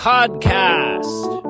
Podcast